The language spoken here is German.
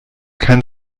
kein